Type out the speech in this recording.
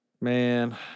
man